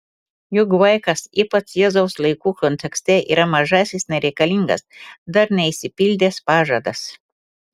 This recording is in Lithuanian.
juk vaikas ypač jėzaus laikų kontekste yra mažasis nereikalingas dar neišsipildęs pažadas